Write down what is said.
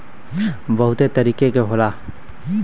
बहुते तरीके के होला